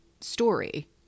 story